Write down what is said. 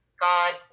God